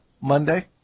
Monday